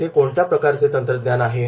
तिथे कोणत्या प्रकारचे तंत्रज्ञान आहे